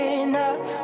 enough